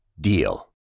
DEAL